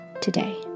today